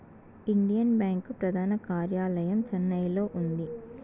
Indian bank ప్రధాన కార్యాలయం చెన్నైలో ఉంది